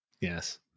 Yes